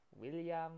William